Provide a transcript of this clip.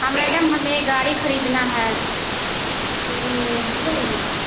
हाँ मैडम हमें गाड़ी ख़रीदना है तो सोरूम में हो जाएगी वह